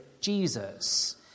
Jesus